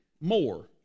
more